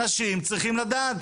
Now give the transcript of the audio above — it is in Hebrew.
אנשים צריכים לדעת.